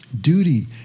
duty